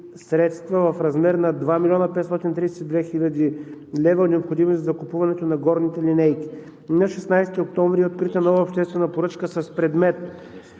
средства в размер на 2 млн. 532 хил. лв., необходими за закупуването на горните линейки. На 16 октомври е открита нова обществена поръчка с предмет